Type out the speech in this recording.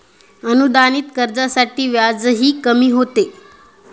अनुदानित कर्जातील व्याजही कमी होते